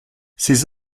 ces